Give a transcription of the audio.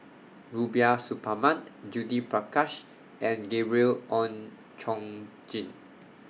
Rubiah Suparman Judith Prakash and Gabriel Oon Chong Jin